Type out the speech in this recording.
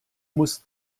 muss